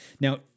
Now